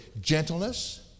gentleness